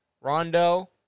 Rondo